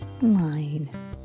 line